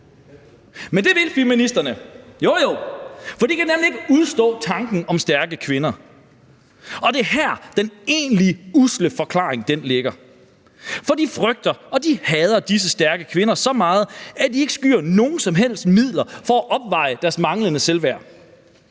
Men det vil feministerne, for de kan nemlig ikke udstå tanken om stærke kvinder. Og det er her, at den egentlige usle forklaring ligger, for de frygter og hader disse stærke kvinder så meget, at de ikke skyer nogen som helst midler for at opveje deres manglende selvværd.